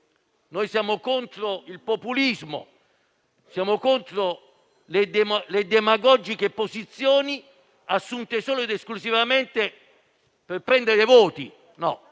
Noi siamo contro il populismo, siamo contro le demagogiche posizioni assunte solo ed esclusivamente per prendere voti.